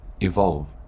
evolve